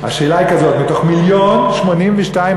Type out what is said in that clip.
השאלה היא כזאת: מתוך מיליון ו-82,000